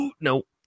Nope